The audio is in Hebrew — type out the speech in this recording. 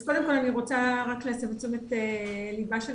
אז קודם כל אני רוצה רק להסב את תשומת ליבה של